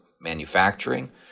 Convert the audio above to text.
manufacturing